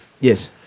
Yes